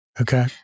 Okay